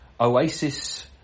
oasis